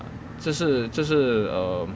这是这是 um